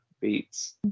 beats